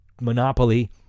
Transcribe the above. Monopoly